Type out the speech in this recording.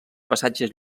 passatges